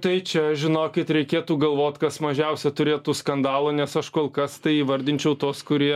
tai čia žinokit reikėtų galvot kas mažiausia turėtų skandalų nes aš kol kas tai įvardinčiau tuos kurie